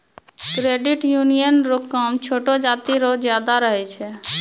credit union रो काम छोटो जाति रो ज्यादा रहै छै